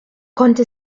konnte